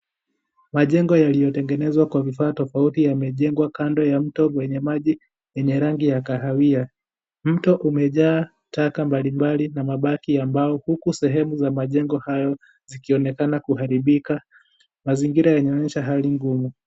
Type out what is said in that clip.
Majengo yaliyotengenezwa kwa vifaa tofauti yamejengwa kando ya mto mwenye maji yenye rangi ya kahawia. Mto umejaa taka mbalimbali na mabaki ambao huku sehemu za majengo hayo zikionekana kuharibika. Mazingira yanaonyesha hali ngumu.